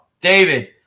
David